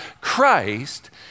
Christ